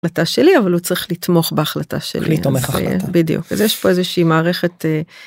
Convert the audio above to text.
אבל צריך לתמוך בהחלטה שלי בדיוק יש פה איזה שהיא מערכת.